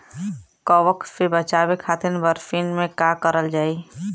कवक से बचावे खातिन बरसीन मे का करल जाई?